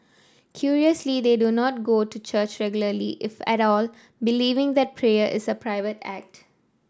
curiously they do not go to church regularly if at all believing that prayer is a private act